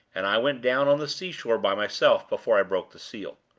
and i went down on the sea-shore by myself before i broke the seal.